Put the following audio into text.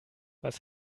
was